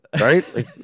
right